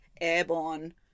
airborne